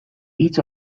hitz